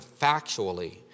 factually